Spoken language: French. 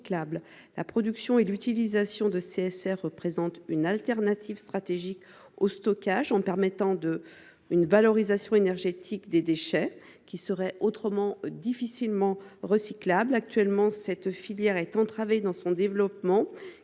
La production et l’utilisation de CSR représentent une alternative stratégique au stockage, en permettant la valorisation énergétique de déchets, qui seraient autrement difficilement recyclables. Actuellement, cette filière est entravée dans son développement,